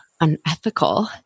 unethical